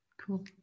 cool